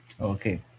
Okay